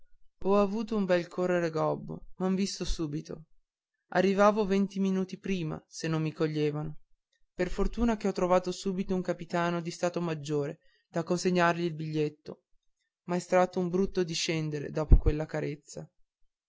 ho avuto un bel correre gobbo m'han visto subito arrivavo venti minuti prima se non mi coglievano per fortuna che ho trovato subito un capitano di stato maggiore da consegnargli il biglietto ma è stato un brutto discendere dopo quella carezza